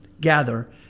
gather